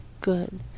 good